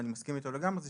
ואני לגמרי מסכים איתו,